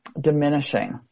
diminishing